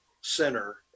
center